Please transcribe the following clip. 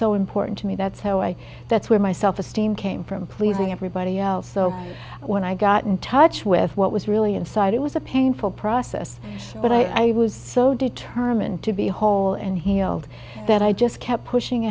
so important to me that's how i that's where my self esteem came from pleasing everybody else so when i got in touch with what was really inside it was a painful process but i was so determined to be whole and healed that i just kept pushing